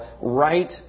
right